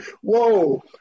Whoa